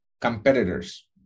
competitors